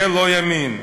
זה לא ימין.